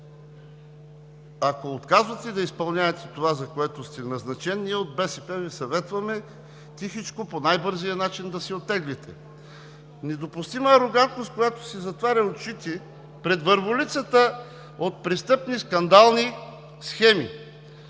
Ако отказвате да изпълнявате това, за което сте назначен, ние от БСП Ви съветваме тихичко, по най-бързия начин да се оттеглите. Недопустимата арогантност, с която си затваря очите пред върволицата от престъпни, скандални схеми